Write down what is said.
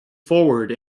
forward